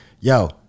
yo